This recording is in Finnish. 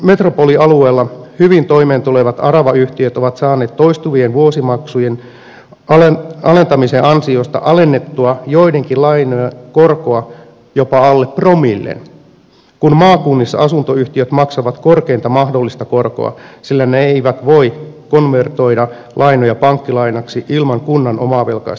metropolialueilla hyvin toimeentulevat aravayhtiöt ovat saaneet toistuvien vuosimaksujen alentamisen ansiosta alennettua joidenkin lainojen korkoa jopa alle promillen kun maakunnissa asuntoyhtiöt maksavat korkeinta mahdollista korkoa sillä ne eivät voi konvertoida lainoja pankkilainaksi ilman kunnan omavelkaista takuuta